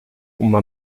uma